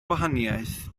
gwahaniaeth